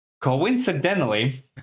Coincidentally